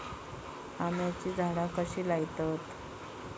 आम्याची झाडा कशी लयतत?